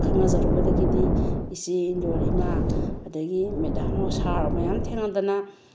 ꯈꯪꯅꯖꯔꯨꯕꯗꯒꯤꯗꯤ ꯏꯆꯦ ꯏꯟꯗꯣꯜ ꯏꯃꯥ ꯑꯗꯒꯤ ꯃꯦꯗꯥꯝꯋꯣ ꯁꯥꯔꯋꯣ ꯃꯌꯥꯝ ꯊꯦꯡꯅꯗꯅ